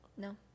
No